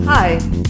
Hi